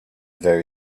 very